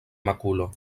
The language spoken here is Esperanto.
makulo